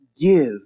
give